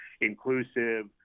inclusive